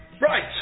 Right